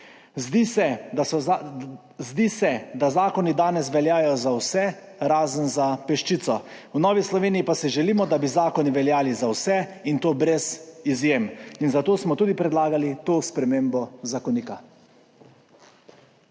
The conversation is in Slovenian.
Zdi se, da zakoni danes veljajo za vse, razen za peščico. V Novi Sloveniji pa si želimo, da bi zakoni veljali za vse, in to brez izjem. Zato smo tudi predlagali to spremembo zakonika.